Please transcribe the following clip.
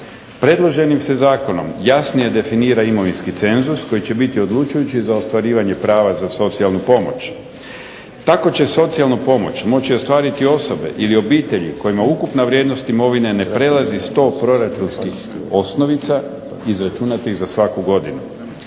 Predloženim se zakonom jasnije definira imovinski cenzus koji će biti odlučujući za ostvarivanje prava za socijalnu pomoć. Tako će socijalnu pomoć moći ostvariti osobe ili obitelji kojima ukupna vrijednost imovine ne prelazi sto proračunskim osnovica izračunatih za svaku godinu.